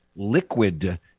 liquid